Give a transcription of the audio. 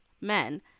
men